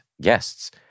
guests